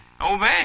obey